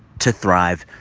to thrive.